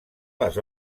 les